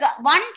one